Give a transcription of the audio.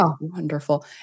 wonderful